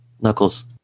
Knuckles